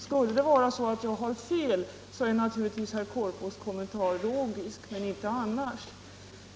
Skulle det vara så att jag har fel är naturligtvis herr Korpås kommentar logisk men inte annars.